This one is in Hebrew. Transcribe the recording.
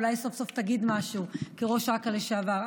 אולי היא סוף-סוף תגיד משהו כראש אכ"א לשעבר.